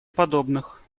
подобных